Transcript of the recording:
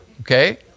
Okay